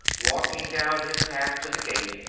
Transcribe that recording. walking down his path to the gate,